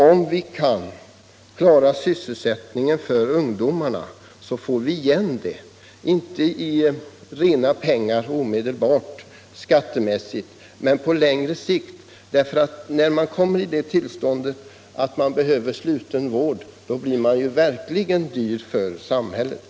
Om vi kan klara sysselsättningen för ungdomarna får vi nämligen igen det — inte omedelbart i rena pengar via skatterna utan på längre sikt, för när det gått så långt att man blir i behov av sluten vård, då blir man verkligen dyr för samhället.